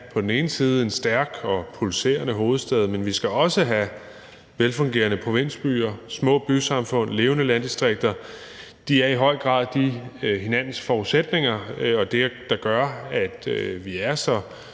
på den ene side have en stærk og pulserende hovedstad, men vi skal på den anden side også have velfungerende provinsbyer, små bysamfund og levende landdistrikter. De er i høj grad hinandens forudsætninger, og det er med til at gøre, at vi er så